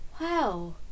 Wow